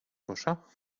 kosza